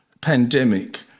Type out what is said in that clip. pandemic